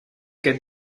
que